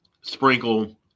sprinkle